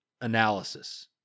analysis